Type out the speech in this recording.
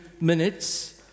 minutes